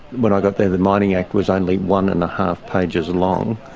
when i got there the mining act was only one and a half pages and long.